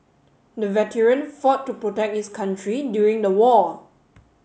the veteran fought to protect his country during the war